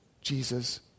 Jesus